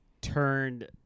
turned